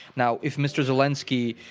now, if mr. zelinsky,